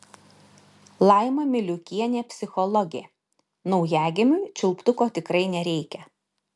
laima miliukienė psichologė naujagimiui čiulptuko tikrai nereikia